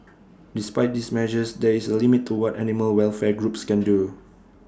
despite these measures there is A limit to what animal welfare groups can do